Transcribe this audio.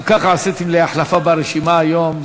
גם ככה עשיתם לי החלפה ברשימה היום.